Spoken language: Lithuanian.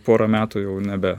pora metų jau nebe